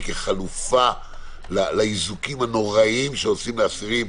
כחלופה לאיזוקים הנוראיים שעושים לאסירים.